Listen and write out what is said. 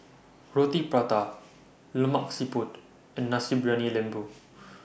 Roti Prata Lemak Siput and Nasi Briyani Lembu